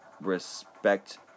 respect